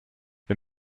wir